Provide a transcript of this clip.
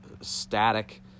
static